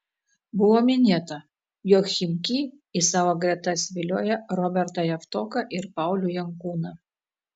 buvo minėta jog chimki į savo gretas vilioja robertą javtoką ir paulių jankūną